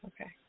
Okay